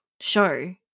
show